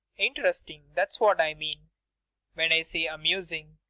interesting that's what i mean when i say amusing.